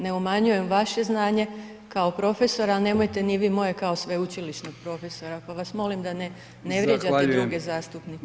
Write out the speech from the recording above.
Ne umanjujem vaše znanje kao profesora, ali nemojte ni vi moje kao sveučilišnog profesora, pa vas molim da ne vrijeđate druge zastupnike.